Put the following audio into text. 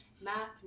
math